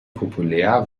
populär